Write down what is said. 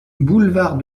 boulevard